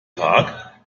tag